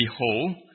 behold